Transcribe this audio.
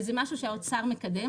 וזה משהו שהאוצר מקדם,